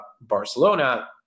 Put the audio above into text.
Barcelona